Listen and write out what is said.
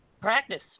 Practice